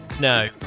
no